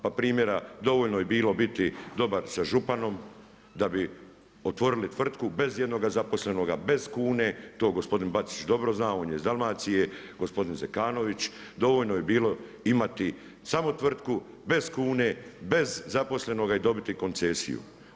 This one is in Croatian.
Pa primjera, dovoljno je bilo biti dobar sa županom da bi otvorili tvrtku bez ijednoga zaposlenoga, bez kune, to gospodin Bačić dobro zna, on je iz Dalmacije, gospodin Zekanović, dovoljno je bilo imati samo tvrtku bez kune, bez zaposlenoga i dobiti koncesiju.